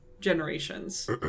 generations